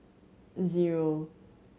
zero